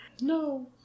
No